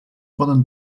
poden